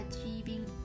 achieving